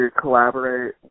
collaborate